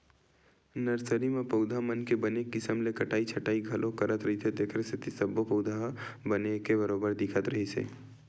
nursery म पउधा मन के बने किसम ले कटई छटई घलो करत रहिथे तेखरे सेती सब्बो पउधा ह बने एके बरोबर दिखत रिहिस हे